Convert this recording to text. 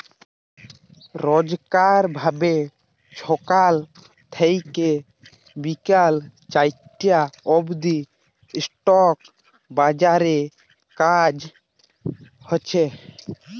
রইজকার ভাবে ছকাল থ্যাইকে বিকাল চারটা অব্দি ইস্টক বাজারে কাজ হছে